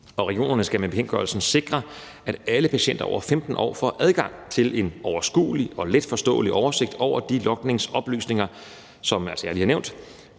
regionerne skal med bekendtgørelsen sikre, at alle patienter over 15 år får adgang til en overskuelig og letforståelig oversigt over de logningsoplysninger, som jeg lige har nævnt,